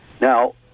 Now